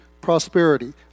prosperity